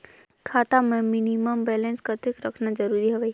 खाता मां minimum balance कतेक रखना जरूरी हवय?